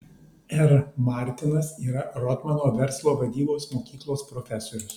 r martinas yra rotmano verslo vadybos mokyklos profesorius